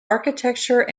architecture